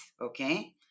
okay